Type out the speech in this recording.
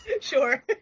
sure